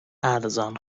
ارزان